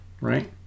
right